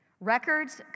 Records